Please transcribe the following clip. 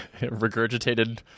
Regurgitated